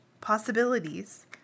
possibilities